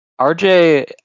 RJ